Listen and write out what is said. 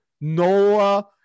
Noah